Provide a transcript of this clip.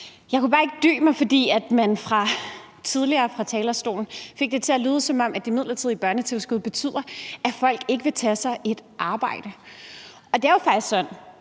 Jeg kunne bare ikke dy mig, fordi man tidligere fra talerstolen fik det til at lyde, som om det midlertidige børnetilskud betyder, at folk ikke vil tage sig et arbejde. Det er jo faktisk sådan,